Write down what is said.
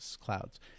clouds